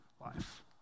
life